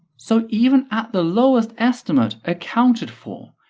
so even at the lowest estimate accounted for,